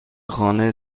خانه